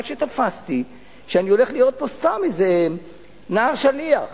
עד שתפסתי שאני הולך להיות פה סתם איזה נער שליח